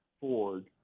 Ford